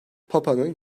papanın